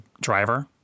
driver